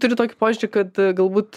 turiu tokį požiūrį kad galbūt